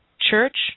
church